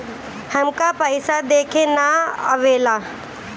हमका पइसा देखे ना आवेला?